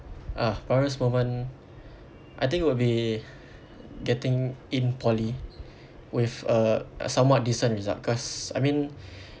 ah proudest moment I think would be getting in poly with a a somewhat decent result cause I mean